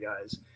guys